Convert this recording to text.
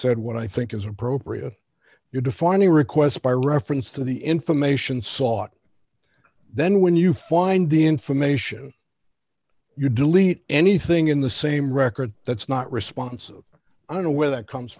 said what i think is appropriate you define the request by reference to the information sought then when you find the information you delete anything in the same record that's not responsive i don't know where that comes